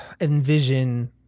envision